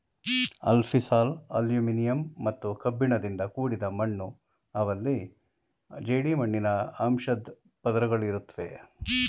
alfisol aluminium ಮತ್ತು ಕಬ್ಬಿಣದಿಂದ ಕೂಡಿದ ಮಣ್ಣು ಅವಲ್ಲಿ ಜೇಡಿಮಣ್ಣಿನ ಅಂಶದ್ ಪದರುಗಳಿರುತ್ವೆ